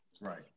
Right